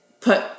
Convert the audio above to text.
Put